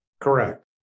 Correct